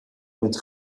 mit